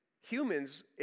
humans